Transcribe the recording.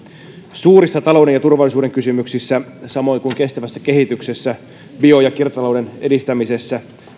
suurissa talouden ja turvallisuuden kysymyksissä samoin kuin kestävässä kehityksessä ja bio ja kiertotalouden edistämisessä